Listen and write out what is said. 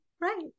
right